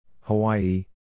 Hawaii